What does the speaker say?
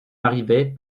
arrivait